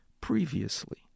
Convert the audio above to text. previously